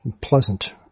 pleasant